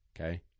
okay